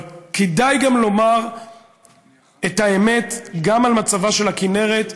אבל כדאי לומר את האמת גם על מצבה של הכינרת,